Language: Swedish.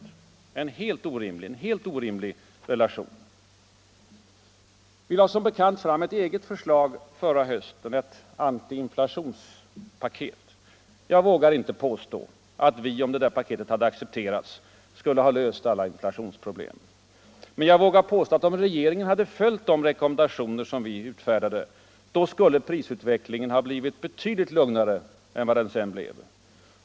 Detta är — jag upprepar det — en helt orimligt relation. Vi lade som bekant fram ett eget förslag förra hösten — ett anti-inflationspaket. Jag vågar inte påstå att vi — om det hade accepterats — skulle ha löst alla inflationsproblem. Men jag vågar påstå att om regeringen hade följt våra rekommendationer, då skulle prisutvecklingen ha blivit betydligt lugnare än vad den sedan blivit.